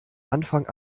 anfang